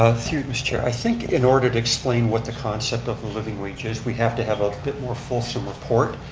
ah through you, mr. chair, i think in order to explain what the concept of the living wage is, we have to have a bit more fulsome report,